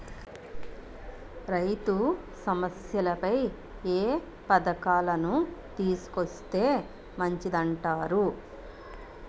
రైతు సమస్యలపై ఏ పథకాలను తీసుకొస్తే మంచిదంటారు?